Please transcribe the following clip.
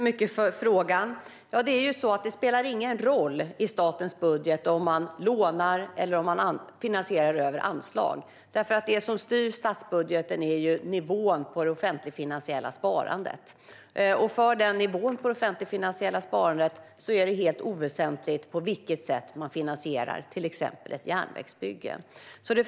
Fru talman! Jag tackar för frågan. Det spelar ingen roll i statens budget om man lånar eller om man finansierar över anslag, därför att det som styr statsbudgeten är nivån på det offentligfinansiella sparandet. För den nivån på det offentligfinansiella sparandet är det helt oväsentligt på vilket sätt man finansierar till exempel ett järnvägsbygge.